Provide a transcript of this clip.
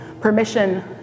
permission